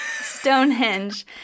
Stonehenge